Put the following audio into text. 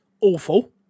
awful